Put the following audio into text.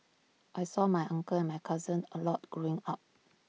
I saw my uncle and my cousins A lot growing up